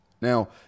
now